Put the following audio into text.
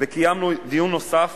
קיימנו דיון נוסף